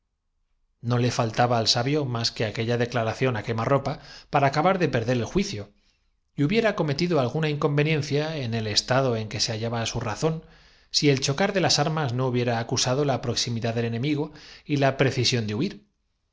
no le faltaba al sabio más que aquella declaración á capítulo xvi quema ropa para acabar de perder el juicio y hubiera cometido alguna inconveniencia en el estado en que se en que todo se explica complicándose todo hallaba su razón si el chocar de las armas no hubiera acusado la proximidad del enemigo y la precisión de huir